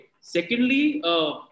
Secondly